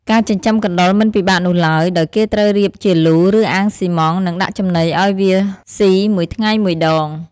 ការចិញ្ចឹមកណ្តុរមិនពិបាកនោះឡើយ ដោយគេត្រូវរៀបជាលូ ឬ អាងសុីម៉ង់ និងដាក់ចំណីឱ្យវាសុីមួយថ្ងៃមួយដង។